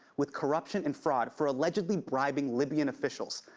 with corruption and fraud for allegedly bribing libyan officials.